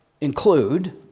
include